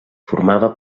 formava